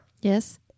Yes